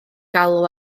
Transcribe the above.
galw